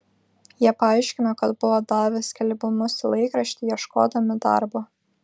jie paaiškino kad buvo davę skelbimus į laikraštį ieškodami darbo